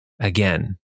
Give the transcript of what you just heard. again